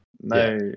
No